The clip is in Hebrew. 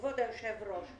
כבוד היושב-ראש,